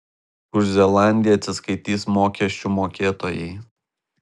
už zelandiją atsiskaitys mokesčių mokėtojai